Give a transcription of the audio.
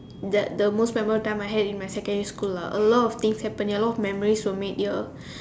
that the most memorable time I had in my secondary school lah a lot of things happen here a lot of memories were made here